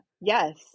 Yes